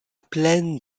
plaine